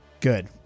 Good